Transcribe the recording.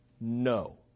no